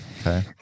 Okay